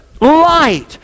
light